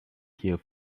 here